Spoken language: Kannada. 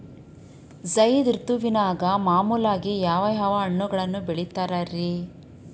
ಝೈದ್ ಋತುವಿನಾಗ ಮಾಮೂಲಾಗಿ ಯಾವ್ಯಾವ ಹಣ್ಣುಗಳನ್ನ ಬೆಳಿತಾರ ರೇ?